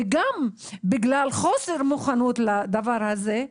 וגם בגלל חוסר מוכנות לדבר הזה,